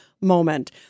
moment